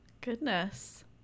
Goodness